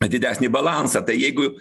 didesnį balansą tai jeigu